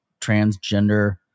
transgender